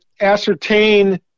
ascertain